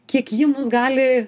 kiek ji mus gali